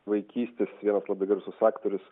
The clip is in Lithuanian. vaikystės vienas labai garsus aktorius